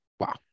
Wow